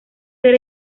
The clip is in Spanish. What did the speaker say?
ser